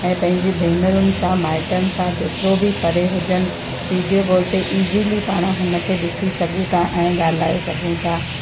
ऐं पंहिंजी भेनरुनि सां माइटनि सां केतिरो बि परे हुजनि वीडियो कॉल ते ईज़ीली पाण हुन खे ॾिसी सघूं था ऐं ॻालाए सघूं था